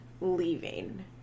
leaving